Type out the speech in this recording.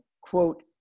quote